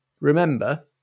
Remember